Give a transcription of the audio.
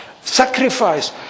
sacrifice